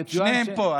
שניהם פה,